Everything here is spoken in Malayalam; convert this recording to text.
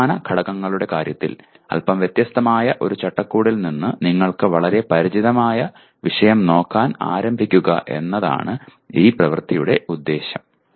വിജ്ഞാന ഘടകങ്ങളുടെ കാര്യത്തിൽ അല്പം വ്യത്യസ്തമായ ഒരു ചട്ടക്കൂടിൽ നിന്ന് നിങ്ങൾക്ക് വളരെ പരിചിതമായ വിഷയം നോക്കാൻ ആരംഭിക്കുക എന്നതാണ് ഈ പ്രവൃത്തിയുടെ ഉദ്ദേശ്യം